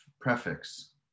prefix